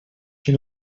she